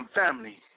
family